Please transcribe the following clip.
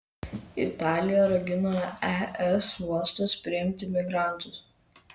italija ragina es uostus priimti migrantus